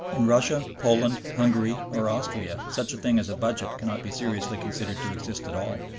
in russia, poland, hungary, or austria such a thing as a budget cannot be seriously considered to exist at all.